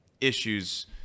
issues